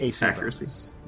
accuracy